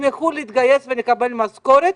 ישמחו להתגייס ולקבל משכורות,